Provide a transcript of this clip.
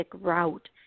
route